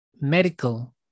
medical